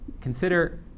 consider